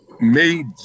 made